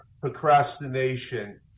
procrastination